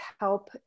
help